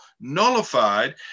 nullified